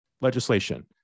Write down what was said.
legislation